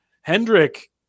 hendrick